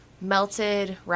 melted